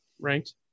ranked